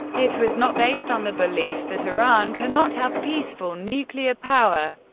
it was not based on the belief that iran cannot have peaceful nuclear power.